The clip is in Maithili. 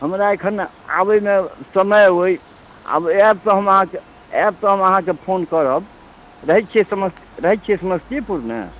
हमरा एखन आबैमे समय ओहि आब आएब तऽ हम अहाँके आएब तऽ हम अहाँके फोन करब रहैत य छियै समस रहैत छियै समस्तीपुर नहि